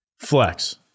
Flex